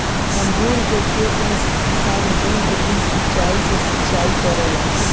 अंगूर के खेती में किसान बूंद बूंद सिंचाई से सिंचाई करेले